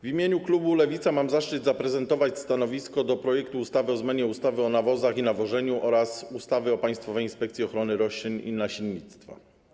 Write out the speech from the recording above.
W imieniu klubu Lewica mam zaszczyt zaprezentować stanowisko wobec projektu ustawy o zmianie ustawy o nawozach i nawożeniu oraz ustawy o Państwowej Inspekcji Ochrony Roślin i Nasiennictwa.